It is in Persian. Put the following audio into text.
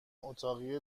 اتاقی